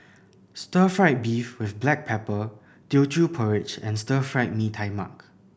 stir fried beef with black pepper Teochew Porridge and Stir Fried Mee Tai Mak